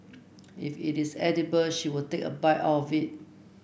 if it is edible she will take a bite of it